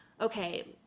okay